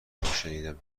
هاشنیدم